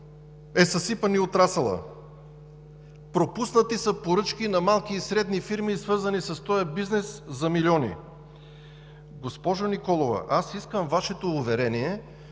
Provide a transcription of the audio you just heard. е съсипан и отрасълът, пропуснати са поръчки на малки и средни фирми, свързани с този бизнес за милиони. Госпожо Николова, аз искам Вашето уверение,